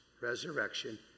resurrection